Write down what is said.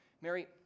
mary